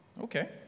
Okay